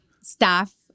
staff